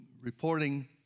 reporting